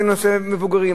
בין בנושא המבוגרים,